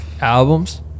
albums